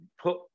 put